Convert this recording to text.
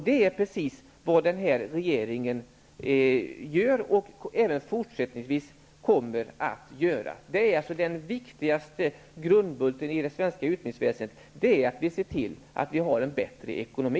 Det är precis vad regeringen gör och även fortsättningsvis kommer att göra. Grundbulten i det svenska utbildningsväsendet är att se till att vi får en bättre ekonomi.